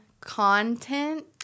content